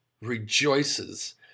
rejoices